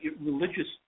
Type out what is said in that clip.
religious